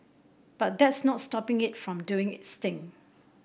but that's not stopping it from doing its thing